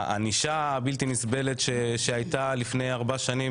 על הענישה הבלתי נסבלת שהייתה לפני ארבע שנים,